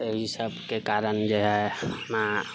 एहि सभके कारण जेहै हमरा